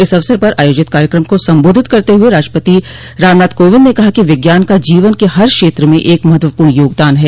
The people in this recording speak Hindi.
इस अवसर पर आयोजित कार्यक्रम को संबोधित करते हुए राष्ट्रपति रामनाथ कोविंद ने कहा कि विज्ञान का जीवन के हर क्षेत्र में एक महत्वपूर्ण योगदान है